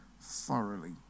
thoroughly